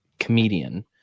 comedian